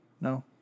No